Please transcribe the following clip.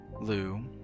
Lou